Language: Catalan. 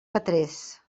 petrés